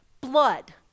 blood